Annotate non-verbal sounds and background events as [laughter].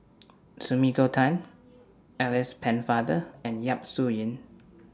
[noise] Sumiko Tan Alice Pennefather and Yap Su Yin